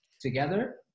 together